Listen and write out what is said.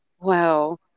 Wow